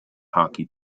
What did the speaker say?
hockey